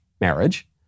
marriage